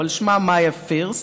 אבל שמה מאיה פירסט.